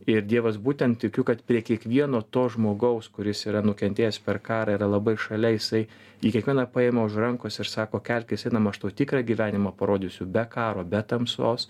ir dievas būtent tikiu kad prie kiekvieno to žmogaus kuris yra nukentėjęs per karą yra labai šalia jisai jį kiekvieną paima už rankos ir sako kelkis einam aš tau tikrą gyvenimą parodysiu be karo be tamsos